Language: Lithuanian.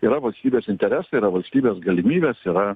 yra valstybės interesai yra valstybės galimybės yra